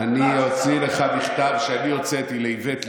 אני אוציא לך מכתב שאני הוצאתי לאיווט ליברמן,